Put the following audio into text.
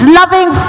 loving